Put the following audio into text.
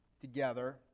together